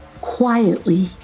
Quietly